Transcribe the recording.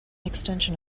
extension